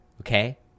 okay